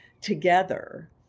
together